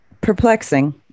perplexing